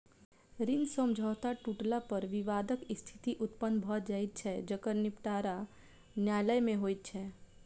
ऋण समझौता टुटला पर विवादक स्थिति उत्पन्न भ जाइत छै जकर निबटारा न्यायालय मे होइत छै